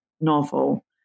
novel